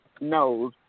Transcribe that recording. knows